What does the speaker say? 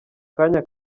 kanya